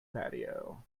patio